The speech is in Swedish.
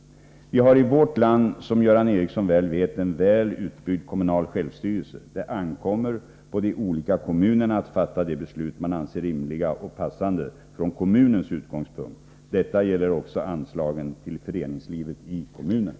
Vi har i vårt land, som Göran Ericsson väl vet, en väl utbyggd kommunal självstyrelse. Det ankommer på de olika kommunerna att fatta de beslut man anser rimliga och passande från kommunens utgångspunkt. Detta gäller också anslagen till föreningslivet i kommunerna.